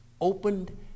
opened